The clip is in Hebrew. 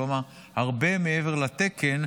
כלומר הרבה מעבר לתקן,